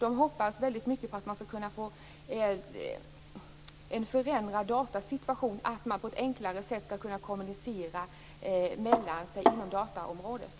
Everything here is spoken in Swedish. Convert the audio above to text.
De hoppas mycket på att få en förändrad datasituation, så att de på ett enklare sätt skall kunna kommunicera med varandra.